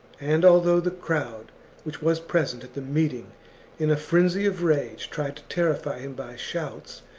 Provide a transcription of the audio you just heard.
and although the crowd which was present at the meeting in a frenzy of rage tried to terrify him by shouts,